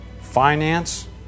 finance